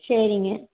சரிங்க